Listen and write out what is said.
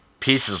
pieces